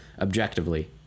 objectively